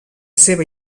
seva